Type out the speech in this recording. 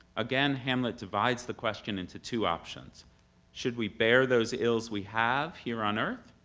again, hamlet divides the question into two options should we bear those ills we have here on earth,